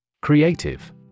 Creative